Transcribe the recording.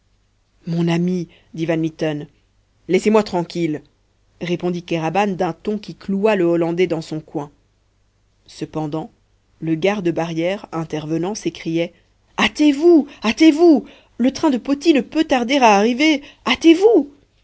mon ami dit van mitten laissez-moi tranquille répondit kéraban d'un ton qui cloua le hollandais dans son coin cependant le garde barrière intervenant s'écriait hâtez-vous bâtez vous le train de poti ne peut tarder à arriver